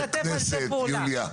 נשתף על זה פעולה.